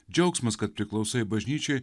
džiaugsmas kad priklausai bažnyčiai